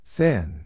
Thin